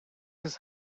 his